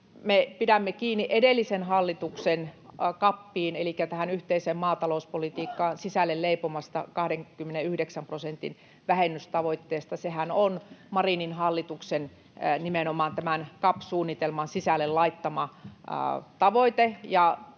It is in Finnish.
pidämme kiinni edellisen hallituksen CAPiin elikkä tähän yhteiseen maatalouspolitiikkaan sisälle leipomasta 29 prosentin vähennystavoitteesta. Sehän on Marinin hallituksen nimenomaan tämän CAP-suunnitelman sisälle laittama tavoite,